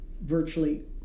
virtually